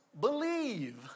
believe